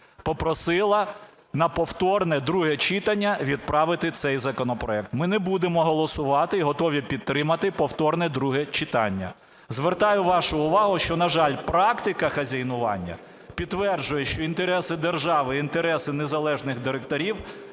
попросила на повторне друге читання відправити цей законопроект. Ми не будемо голосувати і готові підтримати повторне друге читання. Звертаю вашу увагу, що, на жаль, практика хазяйнування підтверджує, що інтереси держави і інтереси незалежних директорів